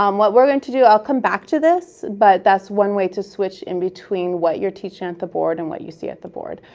um what we're going to do i'll come back to this, but that's one way to switch in between what you're teaching at the board and what you see at the board.